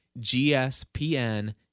gspn